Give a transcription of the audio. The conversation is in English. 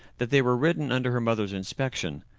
that they were written under her mother's inspection!